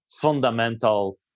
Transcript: fundamental